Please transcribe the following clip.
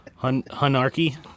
Hunarchy